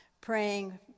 praying